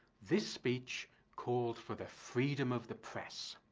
this speech called for the freedom of the press,